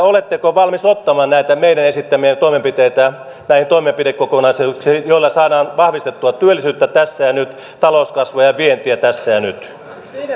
oletteko valmis ottamaan meidän esittämiämme toimenpiteitä näihin toimenpidekokonaisuuksiin joilla saadaan vahvistettua työllisyyttä tässä ja nyt talouskasvua ja vientiä tässä ja nyt